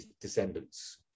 descendants